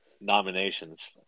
nominations